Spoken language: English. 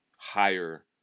higher